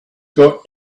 got